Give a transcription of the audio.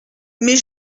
mes